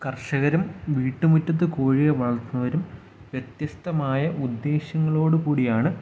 കർഷകരും വീട്ടുമുറ്റത്ത് കോഴിയെ വളർത്തുന്നവരും വ്യത്യസ്തമായ ഉദ്ദേശങ്ങളോട് കൂടിയാണ്